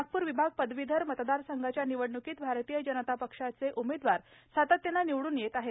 नागपूर विभाग पदवीधर मतदार संघाच्या निवडण्कीत भारतीय जनता पक्षाचे उमेदवार सातत्याने निवडून येत आहेत